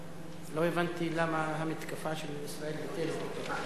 לא הבנתי למה המתקפה של ישראל ביתנו.